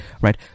Right